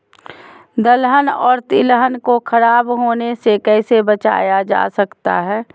दलहन और तिलहन को खराब होने से कैसे बचाया जा सकता है?